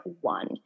one